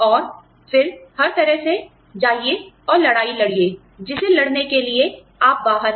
और फिर हर तरह से जाइए और लड़ाई लड़ीए जिसे लड़ने के लिए आप बाहर हैं